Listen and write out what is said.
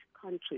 country